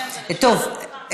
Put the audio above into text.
טוב,